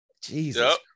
Jesus